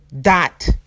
dot